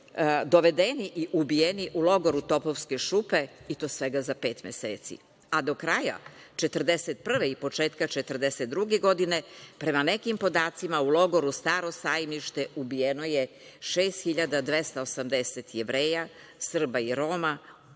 dovedeni i ubijeni u Logoru „Topovske šupe“ i to svega za pet meseci, a do kraja 1941. i početka 1942. godine, prema nekim podacima, u Logoru „Staro sajmište“ ubijeno je 6.280 Jevreja, Srba i Roma